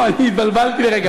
נכון, התבלבלתי לרגע.